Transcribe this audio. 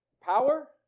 power